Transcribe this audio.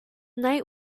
night